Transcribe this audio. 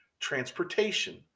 transportation